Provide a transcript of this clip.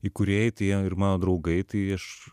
įkūrėjai tie ir mano draugai tai aš